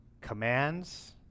commands